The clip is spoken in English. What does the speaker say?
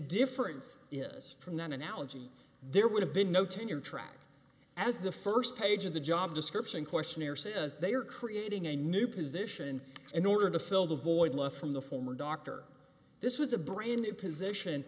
difference is from that analogy there would have been no tenure track as the first page of the job description questionnaire says they are creating a new position in order to fill the void left from the former dr this was a brand new position